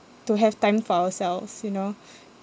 to have time for ourselves you know